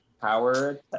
power